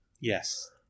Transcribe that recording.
Yes